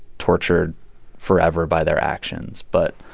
tortured forever by their actions, but